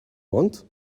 want